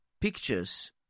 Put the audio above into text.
pictures